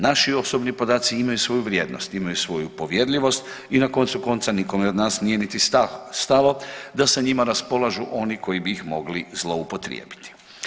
Naši osobni podaci imaju svoju vrijednost, imaju svoju povjerljivost i na koncu konca nikome od nas nije niti stalo da sa njima raspolažu oni koji bi in mogli zloupotrijebiti.